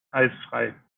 eisfrei